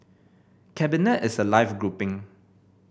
cabinet is a live grouping